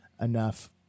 enough